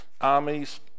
armies